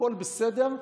הכול בסדר,